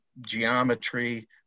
geometry